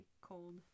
cold